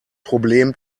problem